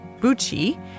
Bucci